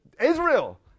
Israel